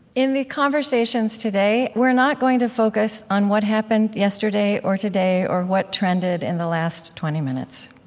in the conversations today, we're not going to focus on what happened yesterday or today or what trended in the last twenty minutes,